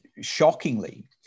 shockingly